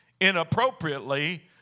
inappropriately